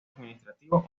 administrativo